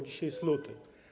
Dzisiaj jest luty.